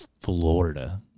Florida